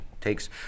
takes